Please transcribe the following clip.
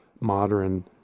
modern